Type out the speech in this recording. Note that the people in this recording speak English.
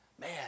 man